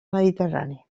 mediterrani